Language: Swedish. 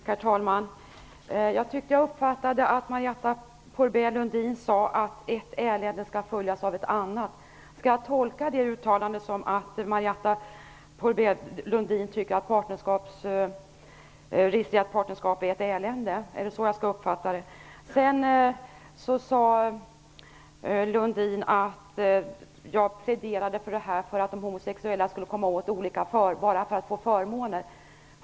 Herr talman! Jag uppfattade att Marietta de Pourbaix-Lundin sade att ett elände skall följas av ett annat. Skall jag tolka det uttalandet som att Marietta de Pourbaix-Lundin tycker att registrerat partnerskap är ett elände? Är det så jag skall uppfatta det? Lundin sade att jag pläderar för partnerskap bara för att de homosexuella skall få förmåner.